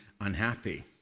unhappy